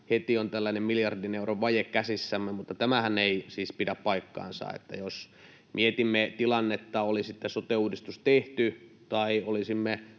tällainen miljardin euron vaje käsissämme, mutta tämähän ei siis pidä paikkaansa. Jos mietimme tilannetta, niin oli sitten sote-uudistus tehty tai olisimme